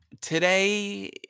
today